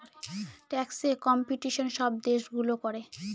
ট্যাক্সে কম্পিটিশন সব দেশগুলো করে